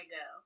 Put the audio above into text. go